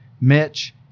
Mitch